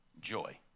Joy